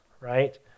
Right